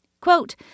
Quote